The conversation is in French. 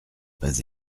pas